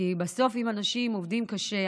כי בסוף אנשים עובדים קשה,